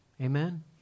Amen